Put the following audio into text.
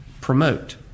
promote